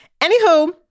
anywho